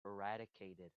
eradicated